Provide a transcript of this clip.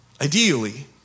ideally